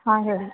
ಹಾಂ ಹೇಳಿ